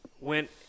went